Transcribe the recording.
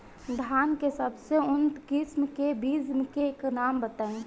धान के सबसे उन्नत किस्म के बिज के नाम बताई?